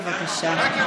בבקשה.